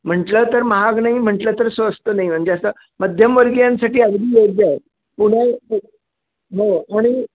म्हटलं तर महाग नाही म्हटलं तर स्वस्त नाही म्हणजे असं मध्यमवर्गियांसाठी अगदी योग्य आहे हो आणि